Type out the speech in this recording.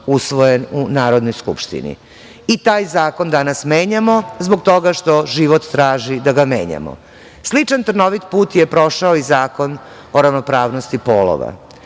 usvojen u Narodnoj skupštini. Taj zakon danas menjamo zbog toga što život traži da ga menjamo. Sličan trnovit put je prošao i Zakon o ravnopravnosti polova.